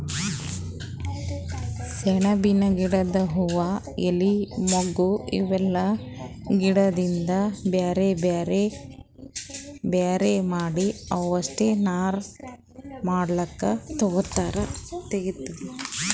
ಸೆಣಬಿನ್ ಗಿಡದ್ ಹೂವಾ ಎಲಿ ಮೊಗ್ಗ್ ಇವೆಲ್ಲಾ ಗಿಡದಿಂದ್ ಬ್ಯಾರೆ ಮಾಡಿ ಅವಷ್ಟೆ ನಾರ್ ಮಾಡ್ಲಕ್ಕ್ ತಗೊತಾರ್